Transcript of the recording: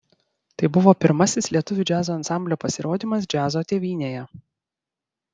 tai buvo pirmasis lietuvių džiazo ansamblio pasirodymas džiazo tėvynėje